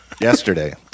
yesterday